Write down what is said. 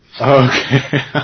Okay